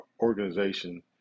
organization